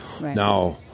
Now